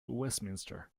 westminster